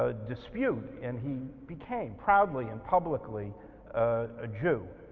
ah dispute, and he became proudly and publicly a jew.